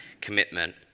commitment